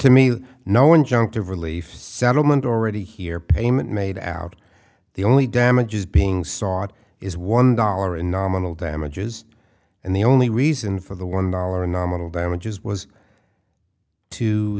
to me no one junk the relief settlement already here payment made out the only damage is being sought is one dollar in nominal damages and the only reason for the one dollar nominal damages was to